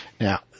Now